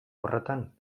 horretan